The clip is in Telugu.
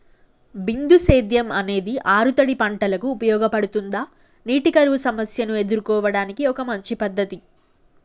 బిందు సేద్యం అనేది ఆరుతడి పంటలకు ఉపయోగపడుతుందా నీటి కరువు సమస్యను ఎదుర్కోవడానికి ఒక మంచి పద్ధతి?